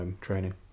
training